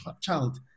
child